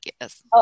yes